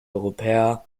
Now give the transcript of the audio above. europäer